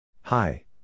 Hi